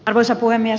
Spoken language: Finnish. arvoisa puhemies